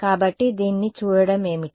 కాబట్టి దీన్ని చూడటం ఏమిటి